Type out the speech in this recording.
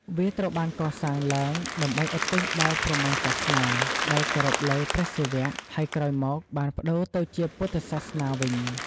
វាត្រូវបានកសាងឡើង ដើម្បីឧទ្ទិសដល់ព្រហ្មញ្ញសាសនា ដែលគោរពលើ ព្រះសិវៈ ហើយក្រោយមកបានប្តូរទៅជាពុទ្ធសាសនាវិញ។